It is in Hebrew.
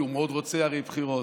כי הוא מאוד רוצה הרי בחירות,